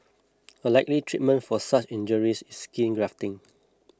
a likely treatment for such injuries is skin grafting